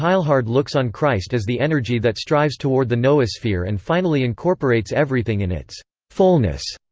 teilhard looks on christ as the energy that strives toward the noosphere and finally incorporates everything in its fullness.